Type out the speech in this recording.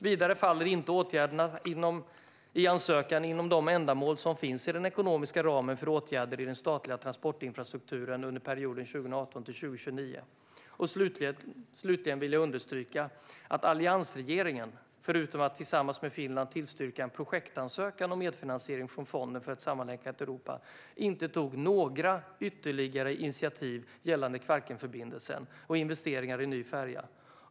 Vidare faller inte åtgärderna i ansökan inom de ändamål som finns i den ekonomiska ramen för åtgärder i den statliga transportinfrastrukturen under perioden 2018-2029. Slutligen vill jag understryka att alliansregeringen, förutom att tillsammans med Finland tillstyrka en projektansökan om medfinansiering från Fonden för ett sammanlänkat Europa, inte tog några ytterligare initiativ gällande Kvarkenförbindelsen och investeringar i en ny färja.